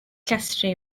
llestri